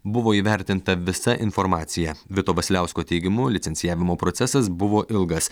buvo įvertinta visa informacija vito vasiliausko teigimu licencijavimo procesas buvo ilgas